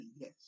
yes